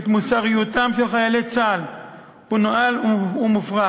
מוסריותם של חיילי צה"ל הוא נואל ומופרך.